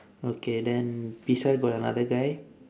okay then beside got another guy